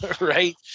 Right